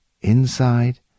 inside